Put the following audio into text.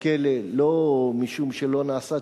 בכלא, לא משום שלא נעשה צדק,